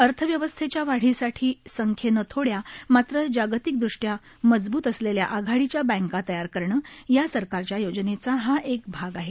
अर्थव्यवस्थैच्या वाढीसाठी संख्येनं थोडया मात्र जागतिकदृष्टया मजबूत असलेल्या आघाडीच्या बँका तयार करणं या सरकारच्या योजनेचा हा एक भाग आहे